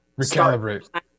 recalibrate